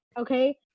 okay